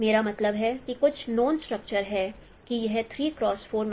मेरा मतलब है कि कुछ नोन स्ट्रक्चर यह है कि यह मैट्रिक्स है